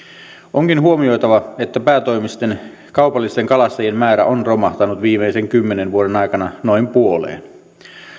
onkin huomioitava että päätoimisten kaupallisten kalastajien määrä on romahtanut viimeisen kymmenen vuoden aikana noin puoleen